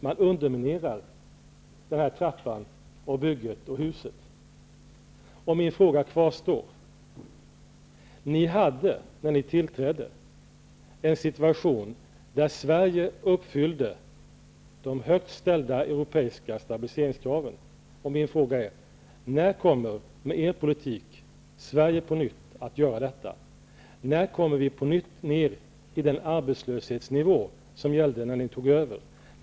Man underminerar trappan, bygget och huset. När ni tillträdde var situationen att Sverige uppfyllde de högt ställda europeiska stabiliseringskraven. Mina frågor kvarstår: När kommer, med er politik, Sverige på nytt att göra detta? När kommer vi på nytt ned på den arbetslöshetsnivå som gällde när ni tog över?